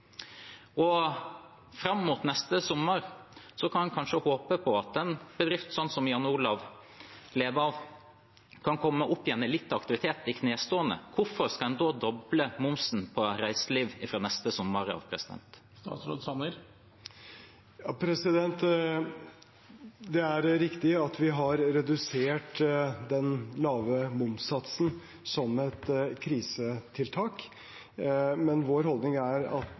Fram mot neste sommer kan en kanskje håpe på at en bedrift som den Jan Olav lever av, kan komme litt opp igjen i aktivitet, i knestående. Hvorfor skal en da doble momsen på reiseliv fra neste sommer av? Det er riktig at vi har redusert den lave momssatsen som et krisetiltak, men vår holdning er at